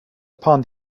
upon